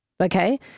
okay